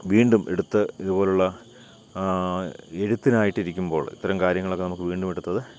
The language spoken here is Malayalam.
വീണ്ടും എടുത്ത് ഇതുപോലുള്ള എഴുത്തിനായിട്ട് ഇരിക്കുമ്പോൾ ഇത്തരം കാര്യങ്ങളൊക്കെ നമ്മൾക്ക് വീണ്ടും എടുത്തത്